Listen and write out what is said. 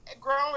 growing